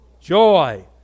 joy